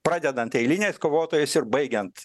pradedant eiliniais kovotojais ir baigiant